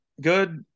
good